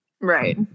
Right